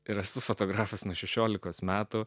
ir esu fotografas nuo šešiolikos metų